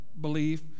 belief